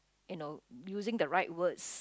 you know using the right words